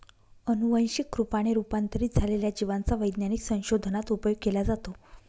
अनुवंशिक रूपाने रूपांतरित झालेल्या जिवांचा वैज्ञानिक संशोधनात उपयोग केला जातो